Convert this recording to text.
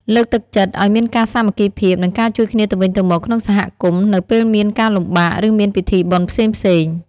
លើកទឹកចិត្តឲ្យមានការសាមគ្គីភាព និងការជួយគ្នាទៅវិញទៅមកក្នុងសហគមន៍ នៅពេលមានការលំបាក ឬមានពិធីបុណ្យផ្សេងៗ។